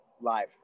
live